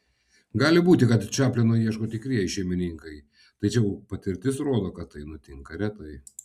gali būti kad čaplino ieško tikrieji šeimininkai tačiau patirtis rodo kad tai nutinka retai